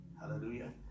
hallelujah